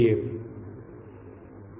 તેથી હું કહીશ કે g h